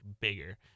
bigger